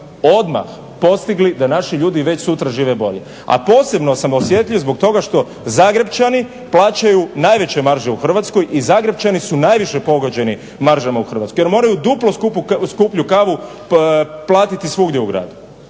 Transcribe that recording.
odmah postigli da naši ljudi već sutra žive bolje. A posebno sam osjetljiv zbog toga što zagrepčani plaćaju najveće marže u Hrvatskoj i zagrepčani su najviše pogođeni maržama u Hrvatskoj jer moraju duplo skuplju kavu platiti svugdje u gradu